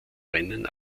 rennen